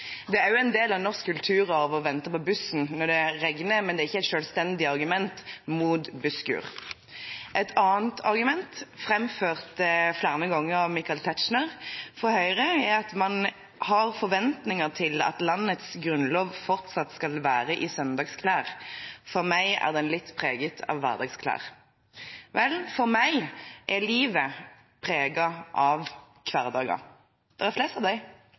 Det er også en del av norsk kulturarv å vente på bussen når det regner, men det er ikke et selvstendig argument mot busskur. Et annet argument, framført flere ganger av Michael Tetzschner fra Høyre, er at man har forventninger til at landets grunnlov fortsatt skal være i søndagsklær. For meg er den litt preget av hverdagsklær. For meg er livet preget av hverdager. Det er flest av